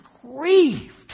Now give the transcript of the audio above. grieved